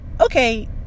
okay